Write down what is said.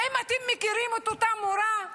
האם אתם מכירים את אותה מורה?